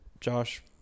Josh